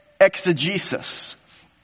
exegesis